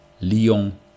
Lyon